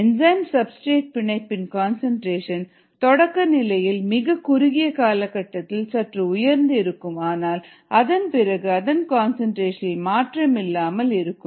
enzyme substrate பிணைப்பின் concentration தொடக்க நிலையில் மிக குறுகிய காலகட்டத்தில் சற்று உயர்ந்து இருக்கும் ஆனால் அதன் பிறகு அதன் கன்சன்ட்ரேஷன் இல் மாற்றம் இல்லாமல் இருக்கும்